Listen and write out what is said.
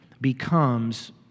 becomes